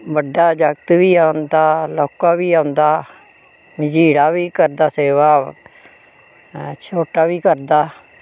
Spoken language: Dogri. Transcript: बड्डा जागत् बी औंदा लौह्का बी औंदा मझीड़ा बी करदा सेवा छोटा बी करदा